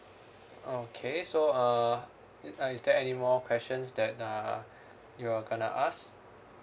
okay so uh is uh is there any more questions that uh you're gonna ask